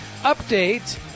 update